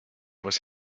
was